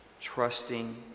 trusting